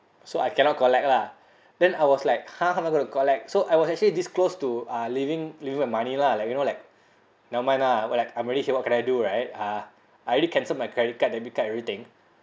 so I cannot collect lah then I was like how am I going to collect so I was actually this close to uh leaving leaving my money lah like you know like never mind lah [what] like I'm already here what can I do right uh I already cancelled my credit card debit card everything